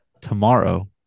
Tomorrow